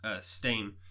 Stain